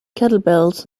kettlebells